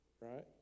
right